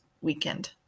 weekend